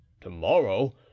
To-morrow